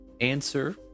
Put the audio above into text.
answer